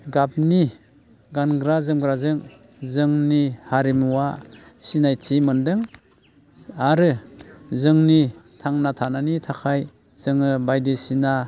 गाबनि गानग्रा जोमग्राजों जोंनि हारिमुआ सिनायथि मोन्दों आरो जोंनि थांना थानायनि थाखाय जोङो बायदिसिना